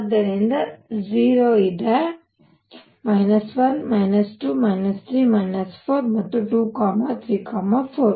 ಆದ್ದರಿಂದ 0 ಇದೆ ಇದೆ 1 2 3 4 ಮತ್ತು 2 3 4